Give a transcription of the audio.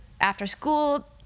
after-school